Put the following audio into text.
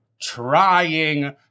trying